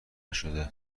نشده